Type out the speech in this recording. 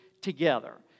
together